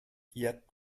yet